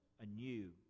anew